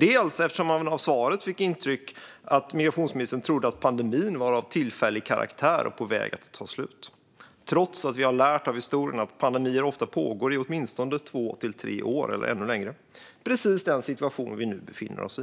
Dels fick man av svaret intrycket att migrationsministern trodde att pandemin var av tillfällig karaktär och på väg att ta slut - trots att vi har lärt av historien att pandemier ofta pågår i åtminstone två till tre år eller ännu längre. Det är precis den situation vi nu befinner oss i.